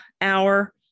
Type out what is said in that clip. hour